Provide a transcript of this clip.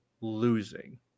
losing